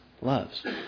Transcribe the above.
loves